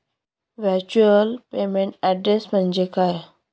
Virtual payment address म्हणजे काय?